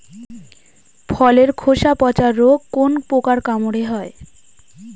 ফলের খোসা পচা রোগ কোন পোকার কামড়ে হয়?